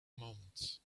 moments